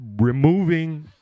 removing